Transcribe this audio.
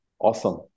Awesome